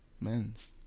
mens